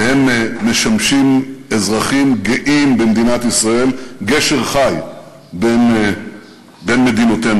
והם אזרחים גאים במדינת ישראל וגשר חי בין מדינותינו.